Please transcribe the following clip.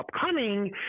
upcoming